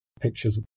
pictures